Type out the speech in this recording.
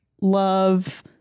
love